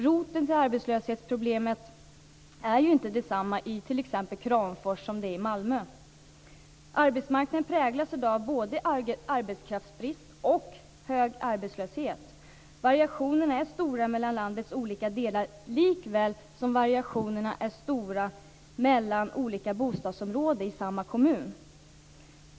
Roten till problemet med arbetslösheten är inte densamma i Kramfors som i Malmö. Arbetsmarknaden präglas i dag av både brist på arbetskraft och hög arbetslöshet. Variationerna är stora mellan landets olika delar, likväl som variationerna är stora mellan olika bostadsområden i samma kommun.